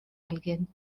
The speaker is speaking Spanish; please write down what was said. alguien